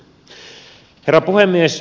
herra puhemies